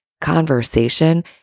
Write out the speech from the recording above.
conversation